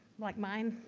like mine,